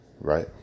right